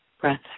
breath